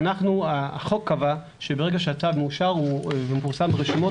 החוק קבע שברגע שהצו מאושר ומפורסם ברשומות